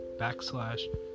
backslash